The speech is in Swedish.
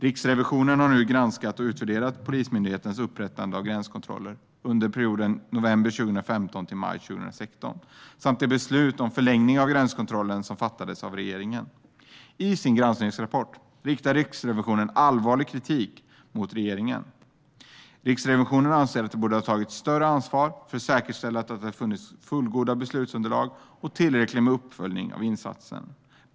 Riksrevisionen har nu granskat och utvärderat Polismyndighetens upprättande av gränskontroller under perioden november 2015 till maj 2016 samt de beslut om förlängning av gränskontrollen som fattades av regeringen. I sin granskningsrapport riktar Riksrevisionen allvarlig kritik mot regeringen. Riksrevisionen anser att regeringen borde ha tagit ett större ansvar för att säkerställa att det funnits fullgoda beslutsunderlag och tillräcklig uppföljning av insatsen.